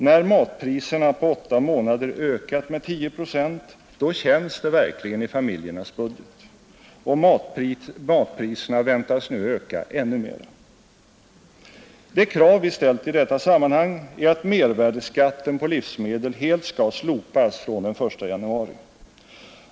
När matpriserna på åtta månader ökat med 10 procent, då känns det verkligen i familjernas budget; och matpriserna väntas nu öka ännu mer. Det krav vi ställt i detta sammanhäng är att mervärdeskatten på livsmedel helt skall slopas från den 1 januari.